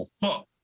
fuck